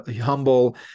humble